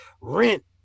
rent